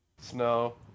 Snow